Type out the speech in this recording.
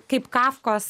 kaip kafkos